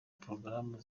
porogaramu